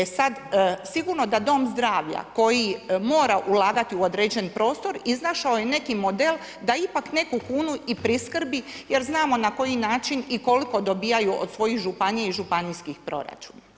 E sad, sigurno da dom zdravlja koji mora ulagati u određen prostor, iznašao je neki model da ipak neku kunu i priskrbi jer znamo na koji način i koliko dobijaju od svojih županija i županijskih proračuna.